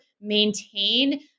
maintain